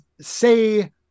say